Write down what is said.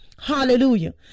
Hallelujah